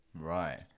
Right